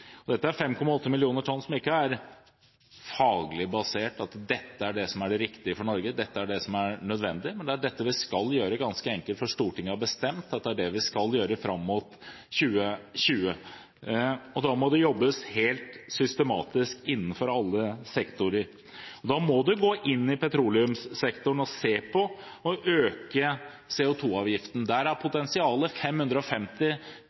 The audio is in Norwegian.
Dette er 5,8 millioner tonn som ikke er faglig basert – at dette er det som er det riktige for Norge, dette er det som er nødvendig – men det er dette vi skal gjøre, ganske enkelt fordi Stortinget har bestemt at det er det vi skal gjøre fram mot 2020. Da må det jobbes helt systematisk innenfor alle sektorer. Da må en gå inn i petroleumssektoren og se på å øke CO2-avgiften. Der er